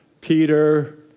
Peter